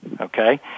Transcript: Okay